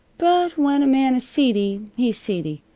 but when a man is seedy, he's seedy.